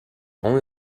only